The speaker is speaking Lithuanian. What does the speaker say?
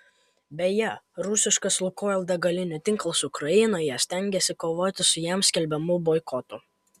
beje rusiškas lukoil degalinių tinklas ukrainoje stengiasi kovoti su jam skelbiamu boikotu